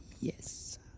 Yes